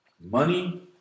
Money